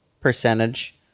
percentage